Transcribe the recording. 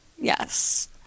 Yes